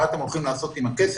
מה הם הולכים לעשות עם הכסף,